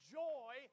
joy